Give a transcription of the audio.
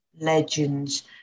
legends